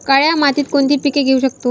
काळ्या मातीत कोणती पिके घेऊ शकतो?